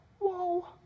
Whoa